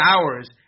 hours